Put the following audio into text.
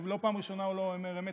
זו לא פעם ראשונה שהוא לא אומר אמת,